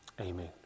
Amen